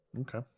Okay